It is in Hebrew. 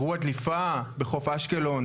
אירוע דליפה בחוף אשקלון,